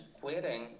quitting